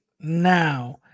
now